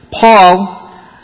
Paul